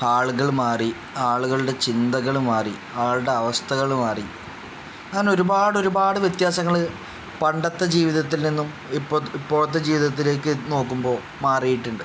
ആളുകൾ മാറി ആളുകളുടെ ചിന്തകൾ മാറി ആളുടെ അവസ്ഥകൾ മാറി അങ്ങനെ ഒരുപാട് ഒരുപാട് വ്യത്യാസങ്ങൾ പണ്ടത്തെ ജീവിതത്തിൽ നിന്നും ഇപ്പോൾ ഇപ്പോഴത്തെ ജീവിതത്തിലേക്ക് നോക്കുമ്പോൾ മാറിയിട്ടുണ്ട്